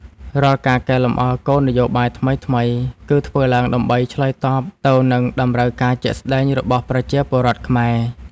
រាល់ការកែលម្អគោលនយោបាយថ្មីៗ គឺធ្វើឡើងដើម្បីឆ្លើយតបទៅនឹងតម្រូវការជាក់ស្ដែងរបស់ប្រជាពលរដ្ឋខ្មែរ។